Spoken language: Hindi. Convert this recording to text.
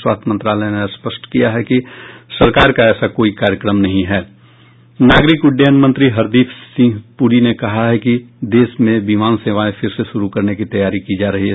स्वास्थ्य मंत्रालय ने स्पष्ट किया है कि सरकार का ऐसा कोई कार्यक्रम नहीं है नागरिक उड्डयन मंत्री हरदीप सिंह पुरी ने कहा है कि देश में विमान सेवाएं फिर से शुरू करने की तैयारी की जा रही है